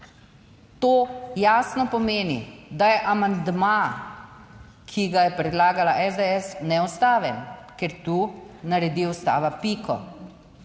To jasno pomeni, da je amandma, ki ga je predlagala SDSs, neustaven, ker tu naredi Ustava piko.